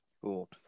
Cool